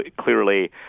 clearly